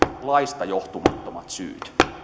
laista johtumattomat syyt